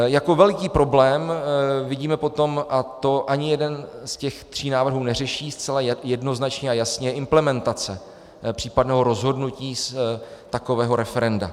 Jako veliký problém vidíme potom, a to ani jeden z těch tří návrhů neřeší zcela jednoznačně a jasně, je implementace případného rozhodnutí z takového referenda.